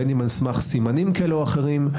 בין על סמך סימנים כאלה ואחרים.